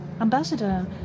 Ambassador